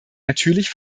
natürlich